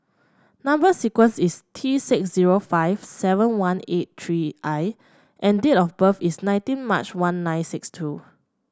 number sequence is T six zero five seven one eight three I and date of birth is nineteen March one nine six two